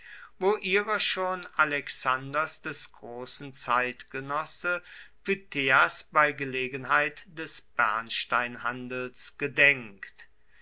wo ihrer schon alexanders des großen zeitgenosse pytheas bei gelegenheit des bernsteinhandels gedenkt